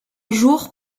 jour